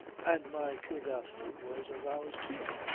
and my curiosity was aroused again.